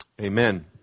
amen